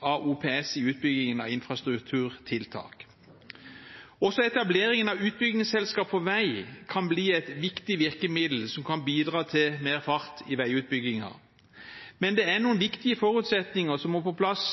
OPS i utbyggingen av infrastrukturtiltak. Også etableringen av utbyggingsselskap for vei kan bli et viktig virkemiddel som kan bidra til mer fart i veiutbyggingen. Men det er noen viktige forutsetninger som må på plass